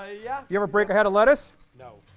ah yeah. you ever break a head of lettuce? no.